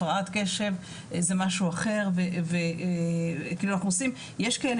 הפרעת קשב זה משהו אחר וכאילו יש כאלה